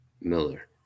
Miller